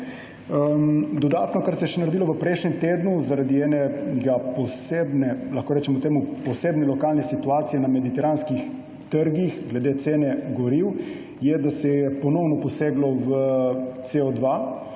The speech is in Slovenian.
Dodatno, kar se je še naredilo v prejšnjem tednu zaradi, lahko rečemo temu, posebne lokalne situacije na mediteranskih trgih glede cene goriv, je, da se je ponovno poseglo v